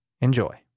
Enjoy